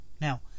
Now